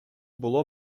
було